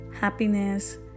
happiness